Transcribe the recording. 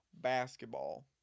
basketball